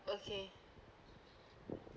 okay